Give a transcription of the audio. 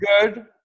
good